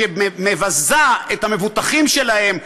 שמבזה את המבוטחים שלהן,